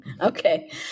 okay